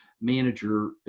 manager